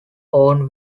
own